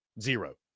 Zero